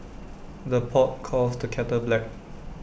the pot calls the kettle black